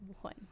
One